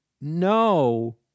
no